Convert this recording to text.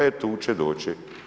E tu će doći.